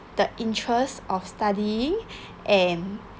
the interest of studying and